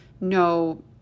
no